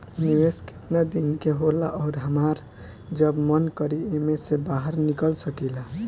निवेस केतना दिन के होला अउर हमार जब मन करि एमे से बहार निकल सकिला?